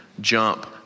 Jump